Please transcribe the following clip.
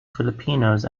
filipinos